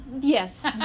Yes